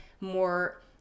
more